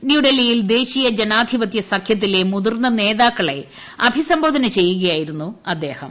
ന്യൂഡൽഹിയിൽ ദേശീയ ജനാധിപത്യ സഖ്യത്തിലെ മുതിർന്ന നേതാക്കളെ അഭിസംബോധന ചെയ്യുകയായിരുന്നു അദ്ദേഹം